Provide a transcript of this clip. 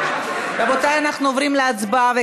רבותיי, אנחנו עוברים להצבעה.